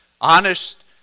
honest